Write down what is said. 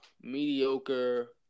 mediocre